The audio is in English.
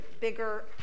bigger